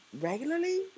regularly